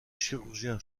chirurgien